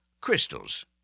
crystals